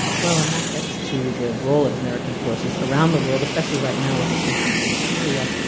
well, and that gets to the role of american forces around the world, especially right now with attention on syria.